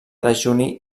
dejuni